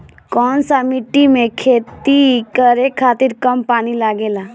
कौन सा मिट्टी में खेती करे खातिर कम पानी लागेला?